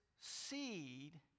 seed